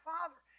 Father